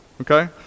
okay